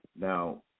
Now